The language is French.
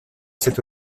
cet